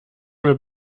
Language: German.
mir